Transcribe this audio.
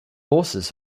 horses